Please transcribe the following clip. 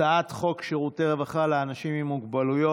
הצעת חוק שירותי רווחה לאנשים עם מוגבלות,